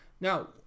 Now